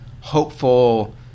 hopeful